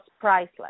priceless